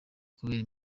kubera